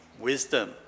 wisdom